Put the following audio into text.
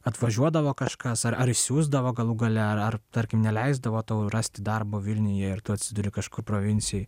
atvažiuodavo kažkas ar ar siųsdavo galų gale ar tarkim neleisdavo tau rasti darbo vilniuje ir tu atsiduri kažkur provincijoj